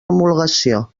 homologació